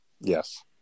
Yes